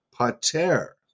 Pater